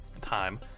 time